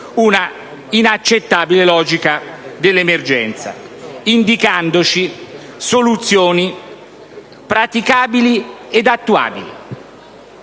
un'inaccettabile logica dell'emergenza. Ci ha indicato soluzioni praticabili ed attuabili,